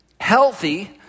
Healthy